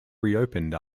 reopened